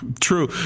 true